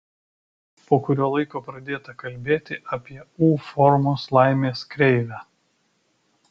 po kurio laiko pradėta kalbėti apie u formos laimės kreivę